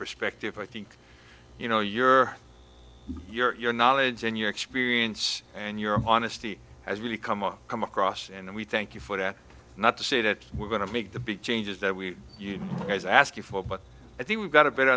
perspective i think you know your your knowledge and your experience and your honesty has really come up come across and we thank you for that not to say that we're going to make the big changes that we you guys ask you for but i think we've got a better